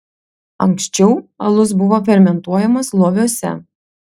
anksčiau alus buvo fermentuojamas loviuose